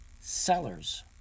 Sellers